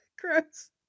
Gross